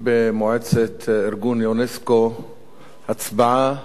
במועצת ארגון יונסק"ו הצבעה